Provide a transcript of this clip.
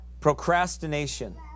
Procrastination